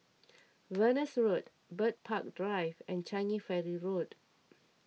Venus Road Bird Park Drive and Changi Ferry Road